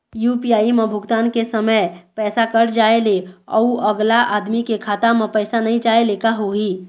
UPI म भुगतान के समय पैसा कट जाय ले, अउ अगला आदमी के खाता म पैसा नई जाय ले का होही?